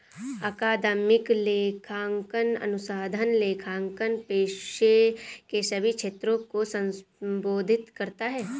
अकादमिक लेखांकन अनुसंधान लेखांकन पेशे के सभी क्षेत्रों को संबोधित करता है